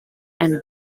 and